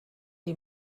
die